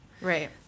Right